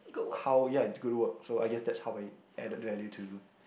how ya it's good work so I guess that's how I added value to